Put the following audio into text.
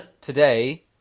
Today